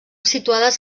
situades